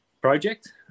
project